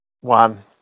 One